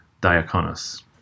Diaconus